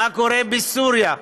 מה קורה בסוריה,